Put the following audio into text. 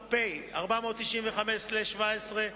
פ/495/17.